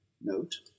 note